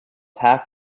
half